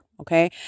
Okay